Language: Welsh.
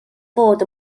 fod